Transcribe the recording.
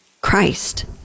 Christ